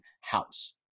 house